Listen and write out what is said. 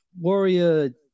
Warrior